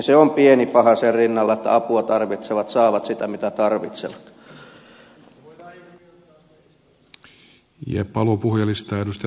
se on pieni paha sen rinnalla että apua tarvitsevat saavat sitä mitä tarvitsevat